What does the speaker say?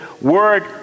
word